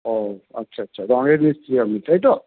ও আচ্ছা আচ্ছা রঙের মিস্ত্রি আপনি তাই তো